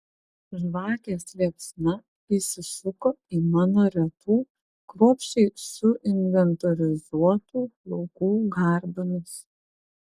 žvakės liepsna įsisuko į mano retų kruopščiai suinventorizuotų plaukų garbanas